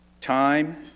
Time